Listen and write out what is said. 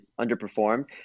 underperformed